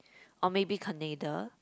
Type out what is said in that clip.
or maybe Canada